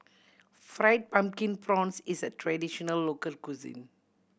Fried Pumpkin Prawns is a traditional local cuisine